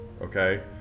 Okay